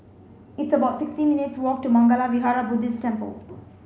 it's about sixty minutes' walk to Mangala Vihara Buddhist Temple